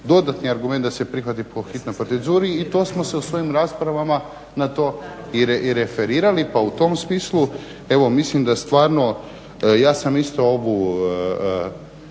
Dodatni argument da se prihvati po hitnoj proceduri i to smo se u svojim raspravama na to i referirali, pa u tom smislu evo mislim da stvarno ja sam isto ovu